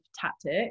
tactic